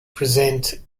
present